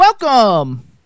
welcome